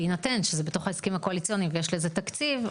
בהינתן שזה בתוך ההסכמים הקואליציוניים ויש לזה תקציב,